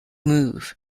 move